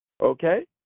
Okay